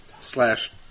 slash